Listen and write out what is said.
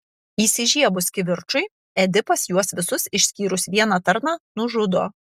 įsižiebus kivirčui edipas juos visus išskyrus vieną tarną nužudo